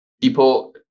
people